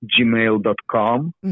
gmail.com